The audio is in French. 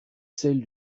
celle